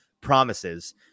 promises